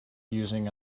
using